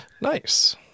Nice